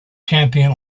champion